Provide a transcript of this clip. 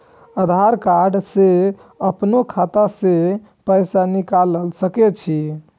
आधार कार्ड से अपनो खाता से पैसा निकाल सके छी?